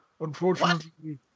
unfortunately